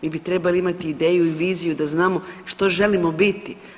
Mi bi trebali imati ideju i viziju da znamo što želimo biti.